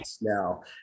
now